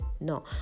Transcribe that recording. no